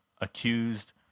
accused